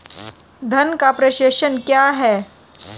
धन का प्रेषण क्या है?